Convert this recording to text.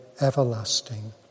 everlasting